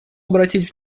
обратить